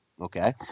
Okay